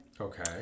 Okay